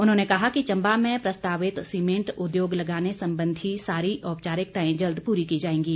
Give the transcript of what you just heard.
उन्होंने कहा कि चम्बा में प्रस्तावित सीमेंट उद्योग लगाने संबंधी सारी औपचारिकताएं जल्द पूरी की जाएंगी